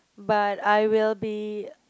but I will be